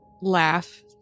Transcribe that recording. laugh